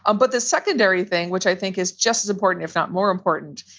ah but the secondary thing, which i think is just as important, if not more important,